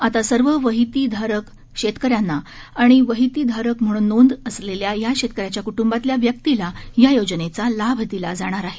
आता सर्व वहितीधारक शेतकऱ्यांना आणि वहितीधारक म्हणून नोंद असलेल्या या शेतकऱ्याच्या कूटुंबातल्या व्यक्तीला या योजनेचा लाभ दिला जाणार आहे